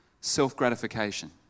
self-gratification